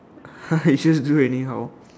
I just do anyhow